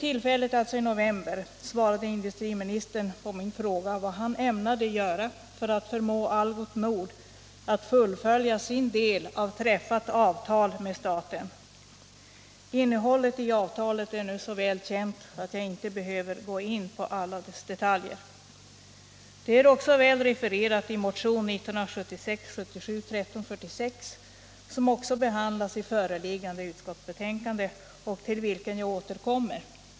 I november svarade industriministern på min fråga om vad han ämnade göra för att förmå Algots Nord att fullfölja sin del av träffat avtal med staten. Innehållet i avtalet är nu så väl känt att jag inte behöver gå in på alla dess detaljer. Det är också väl refererat i motionen 1976/77:1346, som också behandlas i föreliggande utskottsbetänkande, och till vilken jag återkommer.